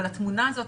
אבל התמונה הזאת,